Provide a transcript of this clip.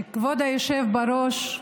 כבוד היושב-ראש,